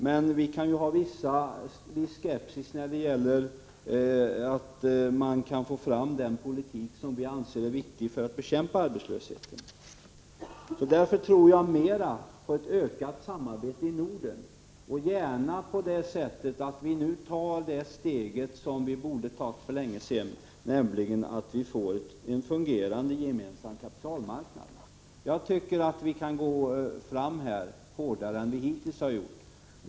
Men vi kan ju hysa en viss skepsis mot att det är möjligt att föra den politik som vi anser är viktig för att kunna bekämpa arbetslösheten. Därför tror jag mera på ett ökat samarbete i Norden, och gärna på det sättet att vi nu tar det steg som vi borde ha tagit för länge sedan, nämligen att vi får en fungerande gemensam kapitalmarknad. Jag tycker att vi här kan gå fram hårdare än vad vi hittills har gjort.